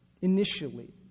initially